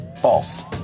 False